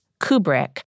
Kubrick